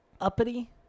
Uppity